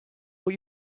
what